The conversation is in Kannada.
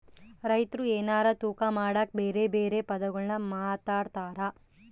ರೈತ್ರು ಎನಾರ ತೂಕ ಮಾಡಕ ಬೆರೆ ಬೆರೆ ಪದಗುಳ್ನ ಮಾತಾಡ್ತಾರಾ